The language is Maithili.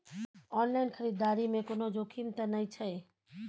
ऑनलाइन खरीददारी में कोनो जोखिम त नय छै?